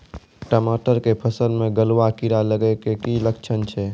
टमाटर के फसल मे गलुआ कीड़ा लगे के की लक्छण छै